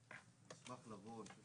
הישיבה ננעלה בשעה